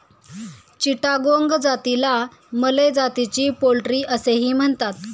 चिटागोंग जातीला मलय जातीची पोल्ट्री असेही म्हणतात